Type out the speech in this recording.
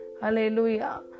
Hallelujah